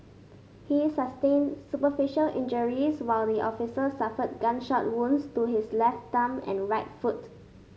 he sustained superficial injuries while the officer suffered gunshot wounds to his left thumb and right foot